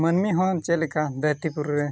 ᱢᱟᱱᱢᱤ ᱦᱚᱸ ᱪᱮᱫ ᱞᱮᱠᱟ ᱫᱷᱟᱨᱛᱤ ᱯᱩᱨᱤᱨᱮ